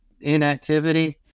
inactivity